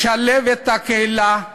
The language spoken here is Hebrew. לשלב את הקהילה,